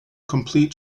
complete